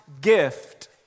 gift